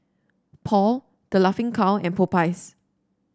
Paul The Laughing Cow and Popeyes